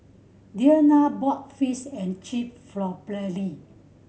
Deanna bought Fish and Chip for Perley